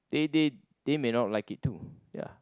they they they may not like it too ya